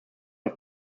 auf